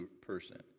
person